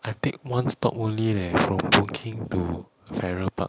I take one stop only leh from boon keng to farrer park